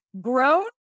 grown